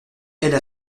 elle